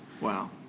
wow